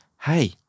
hey